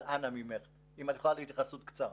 אנא ממך, אם תוכלי להתייחס בקצרה.